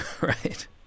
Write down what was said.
Right